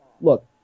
Look